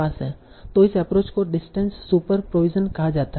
तो इस एप्रोच को डिस्टेंस सुपर प्रोविज़न कहा जाता है